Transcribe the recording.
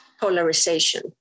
polarization